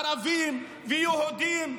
ערבים ויהודים,